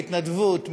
בהתנדבות,